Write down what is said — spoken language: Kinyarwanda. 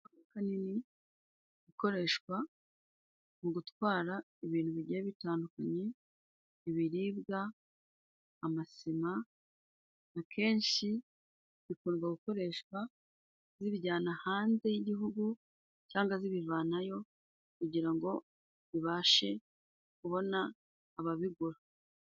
Imodoka nini ikoreshwa mu gutwara ibintu bigiye bitandukanye, ibiribwa, amasima, akenshi bikorwa gukoreshwa zibijyana hanze y'igihugu cyangwa zibivanayo kugira ngo bibashe kubona ababigura